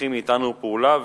ומצריכים מאתנו פעולה,